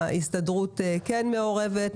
ההסתדרות כן מעורבת,